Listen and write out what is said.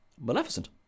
Maleficent